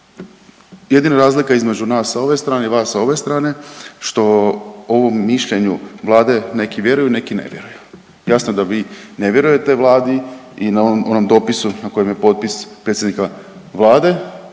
Jedina razlika je između nas sa ove strane i vas sa ove strane što ovom mišljenju Vlade neki vjeruju, neki ne vjeruju, jasno da vi ne vjerujete Vladi i na onom, onom dopisu na kojem je potpis predsjednika Vlade